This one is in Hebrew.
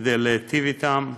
כדי להיטיב איתם,